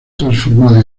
transformado